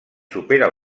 supera